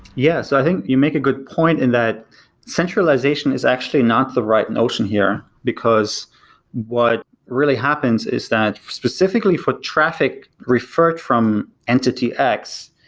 yeah. i think you make a good point, and that centralization is actually not the right notion here, because what really happens is that specifically for traffic referred from entity x,